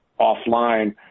offline